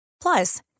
Plus